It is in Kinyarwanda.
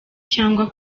cyangwa